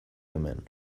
hemen